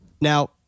Now